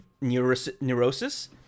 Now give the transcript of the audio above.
neurosis